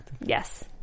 Yes